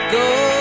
go